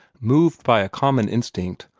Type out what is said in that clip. moved by a common instinct,